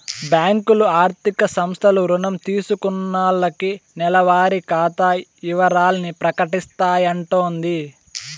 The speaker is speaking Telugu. బ్యాంకులు, ఆర్థిక సంస్థలు రుణం తీసుకున్నాల్లకి నెలవారి ఖాతా ఇవరాల్ని ప్రకటిస్తాయంటోది